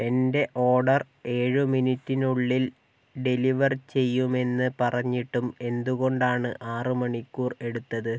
എന്റെ ഓഡർ ഏഴ് മിനിറ്റിനുള്ളിൽ ഡെലിവർ ചെയ്യുമെന്ന് പറഞ്ഞിട്ടും എന്തുകൊണ്ടാണ് ആറ് മണിക്കൂർ എടുത്തത്